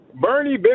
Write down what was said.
Bernie